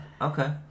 Okay